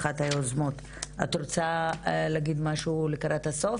אחת היוזמות של הדיון את רוצה להגיד משהו לסיום,